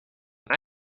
can